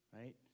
right